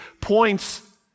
points